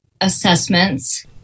assessments